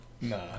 Nah